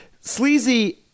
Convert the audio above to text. Sleazy